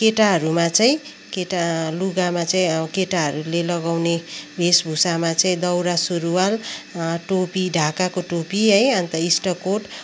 केटाहरूमा चाहिँ केटा लुगामा चाहिँ केटाहरूले लगाउने वेशभूषामा चाहिँ दौरा सुरुवाल टोपी ढाकाको टोपी है अन्त इस्टकोट